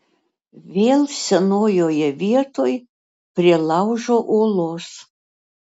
vėl senojoje vietoj prie laužo uolos